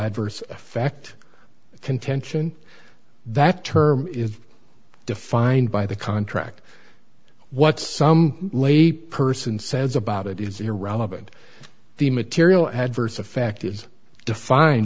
adverse effect of contention that term is defined by the contract what some lay person says about it is irrelevant to the material adverse effect is defined